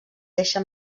deixa